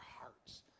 hearts